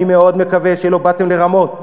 אני מאוד מקווה שלא באתם לרמות.